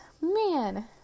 Man